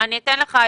אני מקווה שלא,